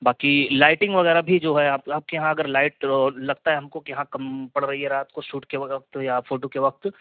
باقی لائٹنگ وغیرہ بھی جو ہے آپ آپ کے یہاں اگر لائٹ لگتا ہے ہم کو کہ ہاں کم پڑ رہی ہے رات کو شوٹ کے وقت یا فوٹو کے وقت